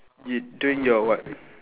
you doing your what